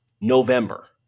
November